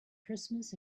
christmas